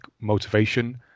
motivation